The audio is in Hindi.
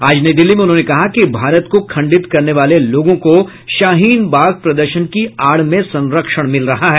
आज नई दिल्ली में उन्होंने कहा कि भारत को खंडित करने वाले लोगों को शाहीन बाग प्रदर्शन की आड़ में संरक्षण मिल रहा है